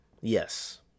Yes